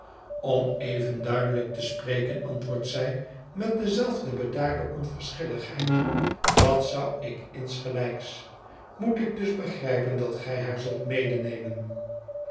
om even duidelijk te spreken antwoordt zij met dezelfde bedaarde onverschilligheid dat zou ik insgelijks moet ik dus begrijpen dat gij haar zult